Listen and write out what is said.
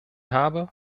habe